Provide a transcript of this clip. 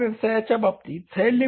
या व्यवसायाच्या बाबतीत Z